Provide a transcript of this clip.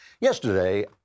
yesterday